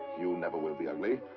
you never will be ugly.